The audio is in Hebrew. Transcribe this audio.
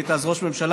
היית אז ראש ממשלה,